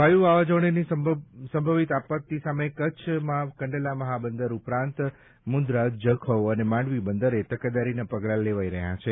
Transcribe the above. વાયુ વાવાઝોડાંની સંભવિત આપત્તિ સામે કચ્છમાં કંડલા મહાબંદર ઉપરાંત મુંદ્રા જખૌ અને માંડવી બંદરે તકેદારીના પગલા લેવાઇ રહ્યા છે